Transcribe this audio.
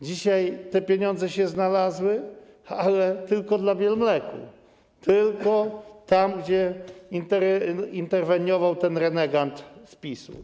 Dzisiaj te pieniądze się znalazły, ale tylko dla Bielmleku, tylko tam, gdzie interweniował ten renegat z PiS-u.